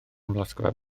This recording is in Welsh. amlosgfa